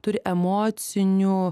turi emocinių